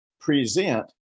present